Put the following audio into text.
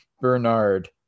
Bernard